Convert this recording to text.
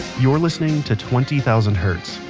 you're listening to twenty thousand hertz.